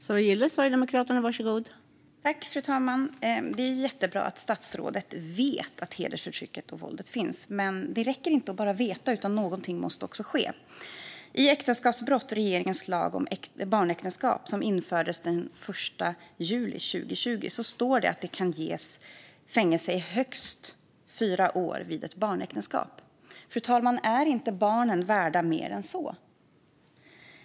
Fru talman! Det är jättebra att statsrådet vet att hedersförtrycket och våldet finns, men det räcker inte att bara veta, utan någonting måste också ske. I regeringens lag om barnäktenskapsbrott som infördes den 1 juli 2020 står det att fängelse kan ges i högst fyra år vid ett barnäktenskap. Är inte barnen värda mer än så?